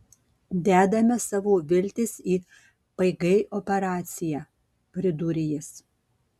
dedame savo viltis į pg operaciją pridūrė jis